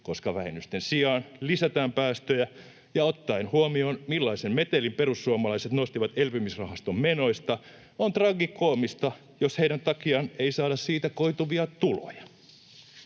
koska vähennysten sijaan lisätään päästöjä. Ottaen huomioon, millaisen metelin perussuomalaiset nostivat elpymisrahaston menoista, on tragikoomista, jos heidän takiaan ei saada siitä koituvia tuloja.